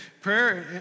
Prayer